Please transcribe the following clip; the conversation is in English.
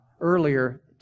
earlier